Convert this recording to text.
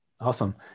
Awesome